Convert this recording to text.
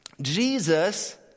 Jesus